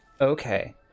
Okay